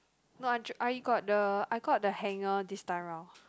not I got the I got the hanger this time round